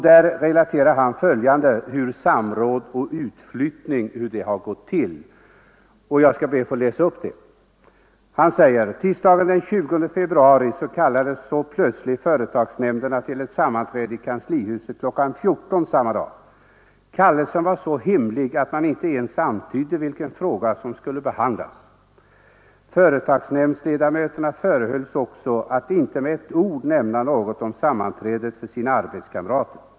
Där relaterar författaren bl.a. följande under rubriken Samråd och utflyttning: ”Tisdagen den 20 februari kallades så plötsligt företagsnämnderna till sammanträde i kanslihuset kl. 14 samma dag. Kallelsen var så hemlig att man inte ens antydde vilken fråga som skulle behandlas. Företagsnämndsledamöterna förehölls också att inte med ett ord nämna något om sammanträdet för sina arbetskamrater.